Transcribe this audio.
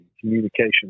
communication